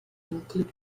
include